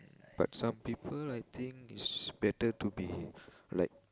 but some people I think it's better to be like